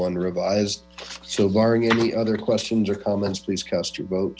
one revised so barring any other questions or comments please cast your